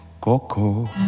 Coco